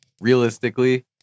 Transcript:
Realistically